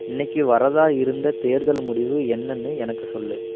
இன்னிக்கு வர்றதா இருந்த தேர்தல் முடிவு என்னென்னு எனக்கு சொல்